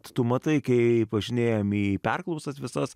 tu matai kaip važinėjam į perklausas visas